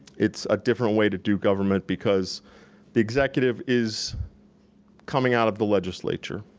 it's a different way to do government because the executive is coming out of the legislature.